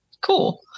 cool